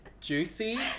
juicy